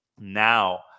Now